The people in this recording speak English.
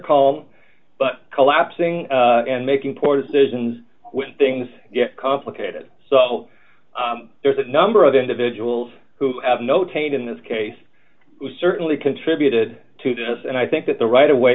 called but collapsing and making poor decisions when things get complicated so there's a number of individuals who have no taint in this case who certainly contributed to this and i think that the right away